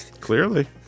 Clearly